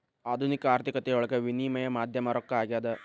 ಆಧುನಿಕ ಆರ್ಥಿಕತೆಯೊಳಗ ವಿನಿಮಯ ಮಾಧ್ಯಮ ರೊಕ್ಕ ಆಗ್ಯಾದ